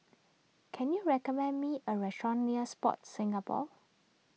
can you recommend me a restaurant near Sport Singapore